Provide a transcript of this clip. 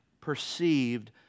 perceived